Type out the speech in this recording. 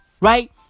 Right